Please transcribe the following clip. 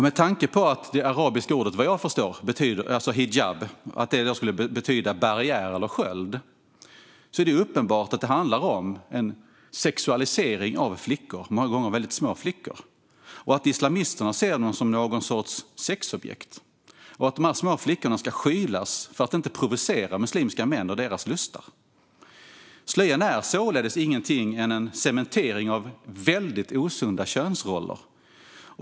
Med tanke på att det arabiska ordet hijab, vad jag förstår, betyder barriär eller sköld är det uppenbart att det handlar om en sexualisering av flickor och i många fall väldigt små flickor. Islamisterna verkar se dem som en sorts sexobjekt. Dessa små flickor ska skylas för att inte provocera muslimska män och deras lustar. Slöjan är således inget annat än en cementering av väldigt osunda könsroller.